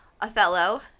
Othello